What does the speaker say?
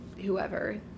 whoever